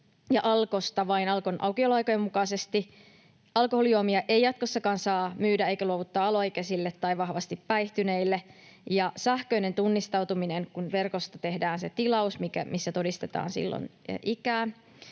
Alkosta vain Alkon aukioloaikojen mukaisesti. Alkoholijuomia ei jatkossakaan saa myydä eikä luovuttaa alaikäisille tai vahvasti päihtyneille. Ja sähköisessä tunnistautumisessa, kun verkosta tehdään se tilaus, todistetaan ikä, ja ikä